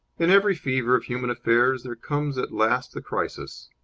in every fever of human affairs there comes at last the crisis.